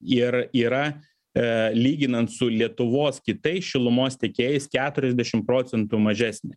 ir yra lyginant su lietuvos kitais šilumos tiekėjais keturiasdešim procentų mažesnė